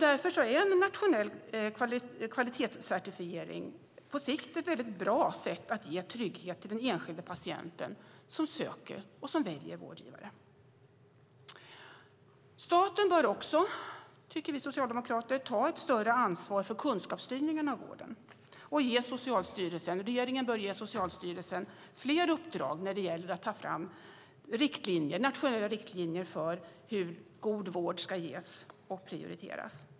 Därför är en nationell kvalitetscertifiering på sikt ett väldigt bra sätt att ge trygghet till den enskilde patienten som söker vård och som väljer vårdgivare. Staten bör också, tycker vi socialdemokrater, ta ett större ansvar för kunskapsstyrningen av vården. Regeringen bör ge Socialstyrelsen fler uppdrag när det gäller att ta fram nationella riktlinjer för hur god vård ska ges och prioriteras.